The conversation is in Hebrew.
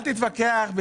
אל תתווכח.